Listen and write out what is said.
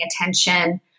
attention